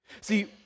See